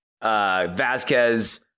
Vasquez